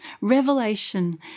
revelation